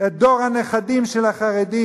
את דור הנכדים של החרדים,